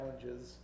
challenges